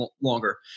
longer